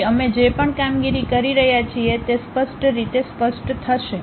તેથી અમે જે પણ કામગીરી કરી રહ્યા છીએ તે સ્પષ્ટ રીતે સ્પષ્ટ થશે